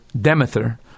Demeter